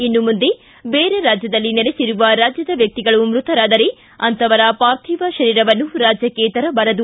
ಇನ್ನು ಮುಂದೆ ಬೇರೆ ರಾಜ್ಯದಲ್ಲಿ ನೆಲೆಸಿರುವ ರಾಜ್ಯದ ವ್ಯಕ್ತಿಗಳು ಮೃತರಾದರೆ ಅಂತವರ ಪಾರ್ಥಿವ ತರೀರವನ್ನು ರಾಜ್ಯಕ್ಕೆ ತರಬಾರದು